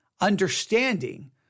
understanding